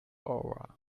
aura